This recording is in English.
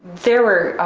there were